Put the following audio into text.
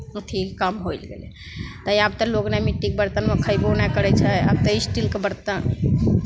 अथी कम होयल गेलै तऽ आब तऽ लोक मिट्टीके बरतनमे खयबो नै करै छै आब तऽ स्टीलके बरतन